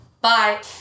Bye